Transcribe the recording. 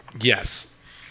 Yes